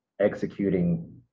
executing